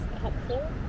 helpful